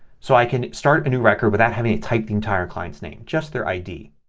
so i can start a new record without having to type the entire client's name. just their id.